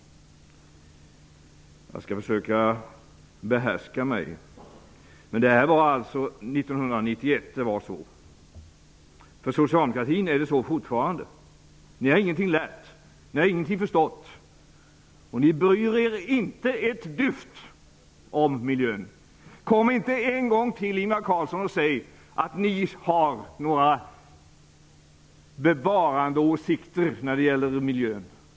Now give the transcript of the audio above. Jag skall försöka behärska mig. Men det var alltså så här 1991. För socialdemokratin är det så fortfarande. Ni har ingenting lärt. Ni har ingenting förstått. Ni bryr er inte ett dyft om miljön. Kom inte en gång till, Ingvar Carlsson, och säg att ni har några bevarandeåsikter när det gäller miljön!